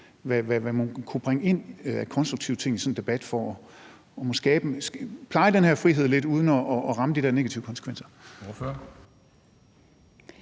hvad man kunne bringe ind af konstruktive ting i sådan en debat for at pleje den her frihed lidt uden at ramme de der negative konsekvenser?